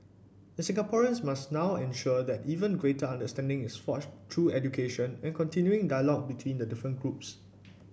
and Singaporeans must now ensure that even greater understanding is forged through education and continuing dialogue between the different groups